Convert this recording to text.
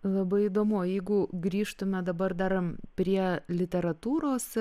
labai įdomu jeigu grįžtume dabar dar prie literatūros